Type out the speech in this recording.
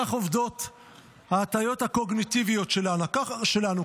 כך עובדות הטעויות הקוגניטיביות שלנו,